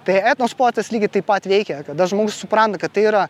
tai etno sportas lygiai taip pat veikia kada žmogus supranta kad tai yra